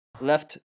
left